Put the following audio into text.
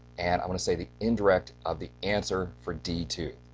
and i'm going to say the indrect of the answer for d two.